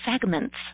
segments